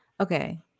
okay